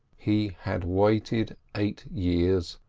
he had waited eight years,